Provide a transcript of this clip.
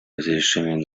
решение